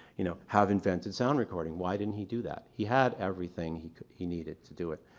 you know, have invented sound recording? why didn't he do that? he had everything he could he needed to do it.